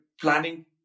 planning